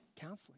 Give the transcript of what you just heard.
counseling